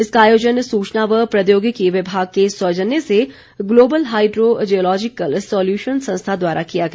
इसका आयोजन सूचना व प्रौद्योगिकी विभाग के सौजन्य से ग्लोबल हाइड्रो जियोलॉजिकल सॉल्यूशन संस्था द्वारा किया गया